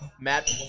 Matt